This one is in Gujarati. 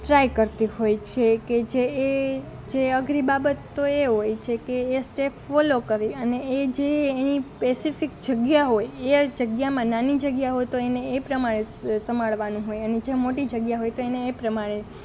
ટ્રાઇ કરતી હોય છે કે જે એ જે અઘરી બાબત તો એ હોય જે કે એ સ્ટેપ ફોલો કરી અને એ જે એની પેસિફિક જગ્યાં હોય એ જગ્યામાં નાની જગ્યાં હોય તો એને એ પ્રમાણે સંભાળવાનું હોય અને જેમ મોટી જગ્યાં હોય તો એને એ પ્રમાણે